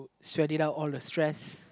all the stress